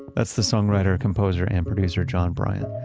that's the songwriter, composer, and producer john brion.